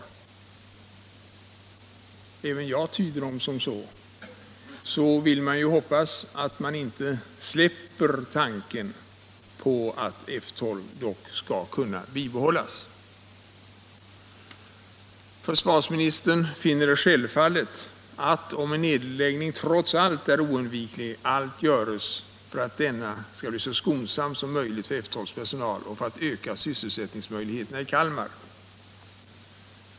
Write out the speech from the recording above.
Även jag tydde honom på det sättet. Jag vill därför hoppas att man inte definitivt släpper tanken på att F 12 skall kunna bibehållas. Försvarsministern finner det självfallet att — om en nedläggning trots allt är oundviklig — allt skall göras för att denna skall bli så skonsam som möjligt för personalen vid F 12 och att man bör göra vad man kan för att öka sysselsättningsmöjligheterna i Kalmar.